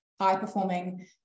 high-performing